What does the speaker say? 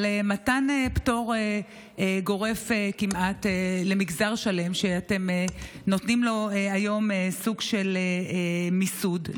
על מתן פטור גורף כמעט למגזר שלם שאתם נותנים לו היום סוג של מיסוד,